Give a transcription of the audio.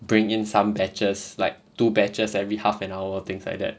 bring in some batches like two batches every half an hour things like that